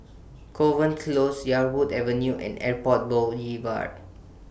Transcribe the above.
Kovan Close Yarwood Avenue and Airport Boulevard